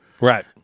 Right